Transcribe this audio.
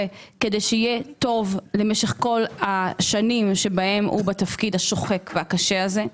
כדי שיהיה טוב למשך כל השנים בהן הוא בתפקיד השוחק והקשה הזה.